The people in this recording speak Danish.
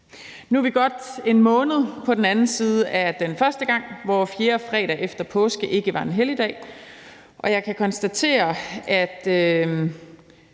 Nu er vi godt en måned på den anden side af den første gang, hvor fjerde fredag efter påske ikke var en helligdag, og jeg kan konstatere, at